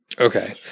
Okay